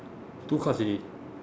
two cards already